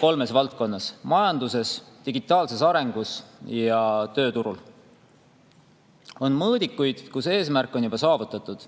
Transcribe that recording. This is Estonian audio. kolmes valdkonnas: majanduses, digitaalses arengus ja tööturul. On mõõdikuid, mille puhul eesmärk on saavutatud.